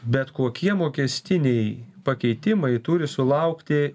bet kokie mokestiniai pakeitimai turi sulaukti